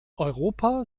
europa